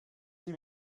sie